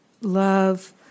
love